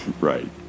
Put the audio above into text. Right